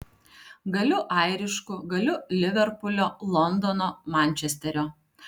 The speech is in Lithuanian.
galiu airišku galiu liverpulio londono mančesterio